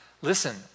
Listen